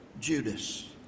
Judas